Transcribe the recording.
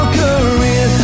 career